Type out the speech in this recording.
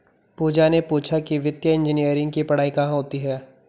पूजा ने पूछा कि वित्तीय इंजीनियरिंग की पढ़ाई कहाँ होती है?